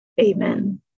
amen